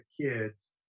kids